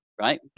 right